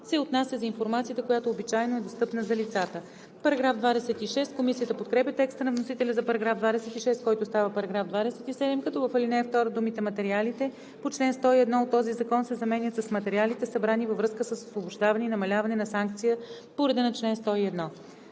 се отнася за информацията, която обичайно е достъпна за лицата.“ Комисията подкрепя текста на вносителя за § 26, който става § 27, като в ал. 2 думите „материалите по чл. 101 от този закон“ се заменят с „материалите, събрани във връзка с освобождаване и намаляване на санкция по реда на чл. 101“.“